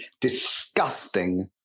disgusting